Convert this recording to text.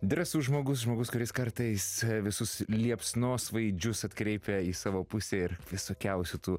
drąsus žmogus žmogus kuris kartais visus liepsnosvaidžius atkreipia į savo pusę ir visokiausių tų